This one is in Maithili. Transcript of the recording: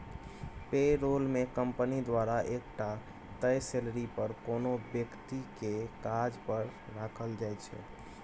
पे रोल मे कंपनी द्वारा एकटा तय सेलरी पर कोनो बेकती केँ काज पर राखल जाइ छै